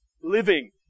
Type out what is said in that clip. living